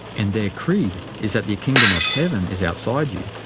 and their creed is that the kingdom of heaven is outside you,